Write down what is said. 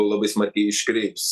labai smarkiai iškreips